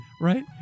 Right